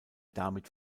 damit